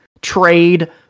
trade